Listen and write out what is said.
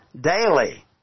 daily